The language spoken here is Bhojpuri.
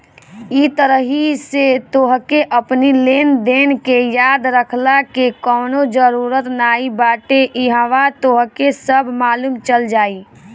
इ तरही से तोहके अपनी लेनदेन के याद रखला के कवनो जरुरत नाइ बाटे इहवा तोहके सब मालुम चल जाई